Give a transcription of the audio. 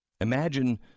Imagine